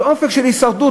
זה אופק של הישרדות,